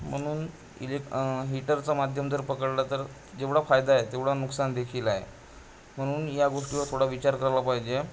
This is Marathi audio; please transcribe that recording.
म्हणून इलेक् हीटरचा माध्यम जर पकडलं तर जेवढा फायदा आहे तेवढं नुकसानदेखील आहे म्हणून या गोष्टीवर थोडा विचार करायला पाहिजे